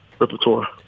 repertoire